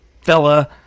fella